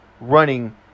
running